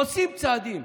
עושים צעדים,